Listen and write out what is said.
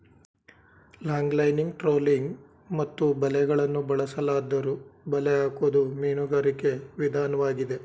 longlining trolling ಮತ್ತು ಬಲೆಗಳನ್ನು ಬಳಸಲಾದ್ದರೂ ಬಲೆ ಹಾಕೋದು ಮೀನುಗಾರಿಕೆ ವಿದನ್ವಾಗಿದೆ